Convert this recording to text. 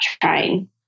trying